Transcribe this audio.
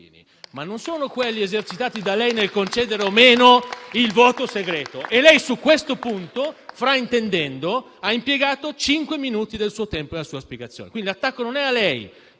ma non sono quelle esercitate da lei nel concedere o no il voto segreto. Lei, su questo punto, fraintendendo, ha impiegato cinque minuti del suo tempo per la spiegazione. Pertanto, l'attacco non è a lei,